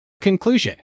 Conclusion